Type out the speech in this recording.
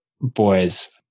boys